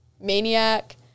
Maniac